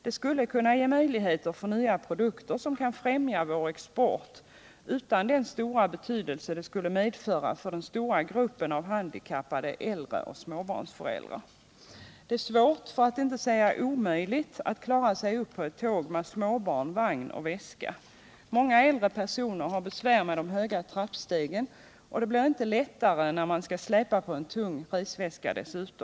Det skulle inte bara innebära möjligheter för nya produkter, som kan främja vår export, utan även vara av betydelse för den stora gruppen av handikappade, äldre och småbarnsföräldrar. Det är svårt, för att inte säga omöjligt, att klara sig upp på ett tåg med småbarn, vagn och väska. Många äldre personer har besvär med de höga trappstegen, och det blir inte lättare om man dessutom skall släpa på en tung resväska.